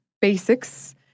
basics